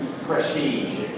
prestige